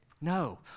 No